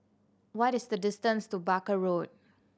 what is the distance to Barker Road